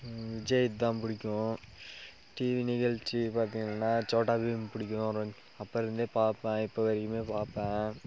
விஜய் தான் பிடிக்கும் டிவி நிகழ்ச்சி பார்த்தீங்கள்னா சோட்டா பீம் பிடிக்கும் அப்புறம் அப்போலருந்தே பார்ப்பேன் இப்போ வரைக்குமே பார்ப்பேன்